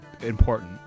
important